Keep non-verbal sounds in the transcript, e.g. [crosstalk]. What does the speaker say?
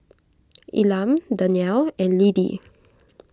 [noise] Elam Dannielle and Lidie